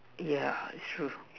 yeah it's true